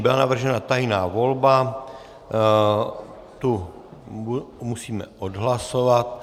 Byla navržena tajná volba, tu musíme odhlasovat.